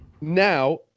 now